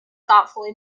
thoughtfully